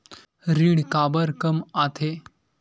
ऋण काबर कम आथे?